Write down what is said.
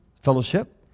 fellowship